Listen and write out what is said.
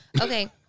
Okay